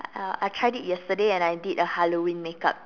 uh I tried it yesterday and I did a Halloween makeup